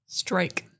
strike